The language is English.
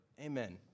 Amen